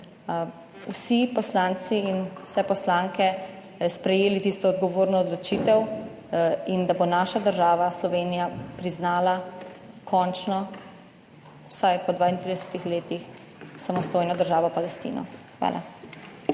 vsi poslanci in vse poslanke sprejeli tisto odgovorno odločitev in da bo naša država Slovenija priznala, končno, vsaj po 32 letih, samostojno državo Palestino. Hvala.